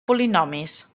polinomis